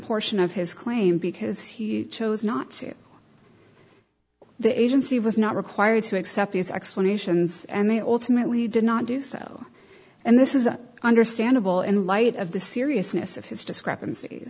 portion of his claim because he chose not to the agency was not required to accept these explanations and they alternately did not do so and this is understandable in light of the seriousness of his discrepanc